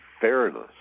fairness